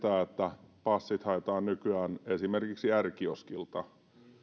sitä että passit haetaan nykyään r kioskilta